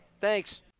Thanks